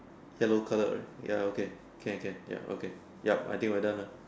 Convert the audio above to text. yellow color right ya okay okay ya okay yup I think we are done ah